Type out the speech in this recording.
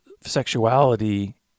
sexuality